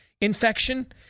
infection